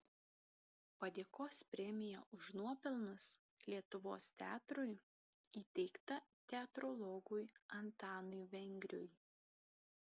padėkos premija už nuopelnus lietuvos teatrui įteikta teatrologui antanui vengriui